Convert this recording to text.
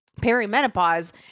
perimenopause